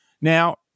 Now